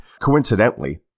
Coincidentally